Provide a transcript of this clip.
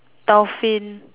dolphin